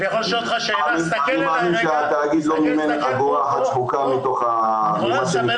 אני מאמין שהתאגיד לא מימן אגורה אחת שחוקה ממה שנקבע בבג"ץ.